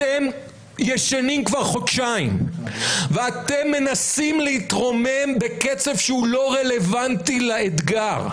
אתם ישנים כבר חודשיים ואתם מנסים להתרומם בקצב שהוא לא רלוונטי לאתגר,